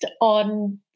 on